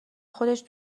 خودش